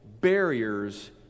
barriers